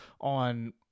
on